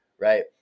right